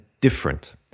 different